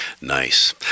Nice